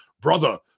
brother